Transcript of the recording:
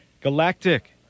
galactic